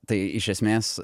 tai iš esmės